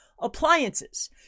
appliances